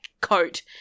coat